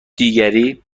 دیگری